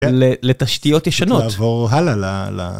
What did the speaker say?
כן. ל... לתשתיות ישנות. לעבור הלאה, ל, ל...